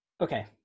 okay